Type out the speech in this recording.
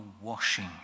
washing